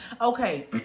okay